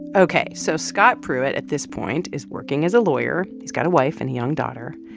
ok. so scott pruitt at this point is working as a lawyer. he's got a wife and a young daughter.